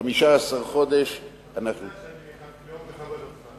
15 חודש אנחנו, אתה יודע שאני מאוד מכבד אותך.